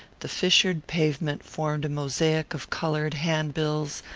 the fissured pavement formed a mosaic of coloured hand-bills,